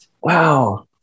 Wow